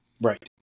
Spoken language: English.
Right